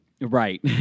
Right